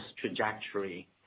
trajectory